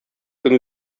көн